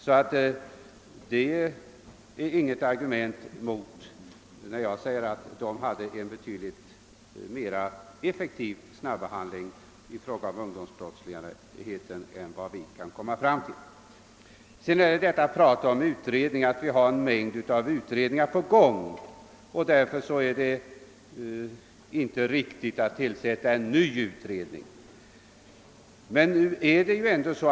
Detta är alltså inget argument mot vad jag sade om att man i Amerika tillämpar en mera effektiv snabbehandling av ungdomsbrottslingar än vi kan åstadkomma. Sedan vill jag vända .mig mot detta prat om att det redan finns en mängd utredningar på gång och att det därför inte är lämpligt att tillsätta en ny utredning.